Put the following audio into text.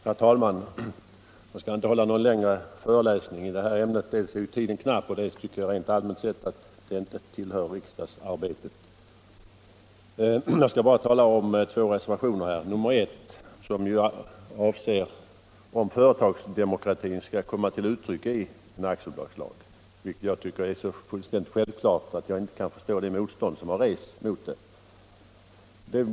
Herr talman! Jag skall inte hålla någon längre föreläsning i det här 51 ämnet. Dels är tiden knapp, dels tycker jag rent allmänt att det inte tillhör riksdagsarbetet. Jag skall bara ta upp två reservationer. Reservation nr 1 berör frågan, om företagsdemokratin skall komma till uttryck i aktiebolagslagen. Det tycker jag är så självklart att jag inte kan förstå det motstånd som har rests mot det.